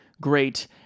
great